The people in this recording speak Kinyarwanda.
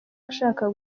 ashaka